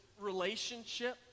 relationship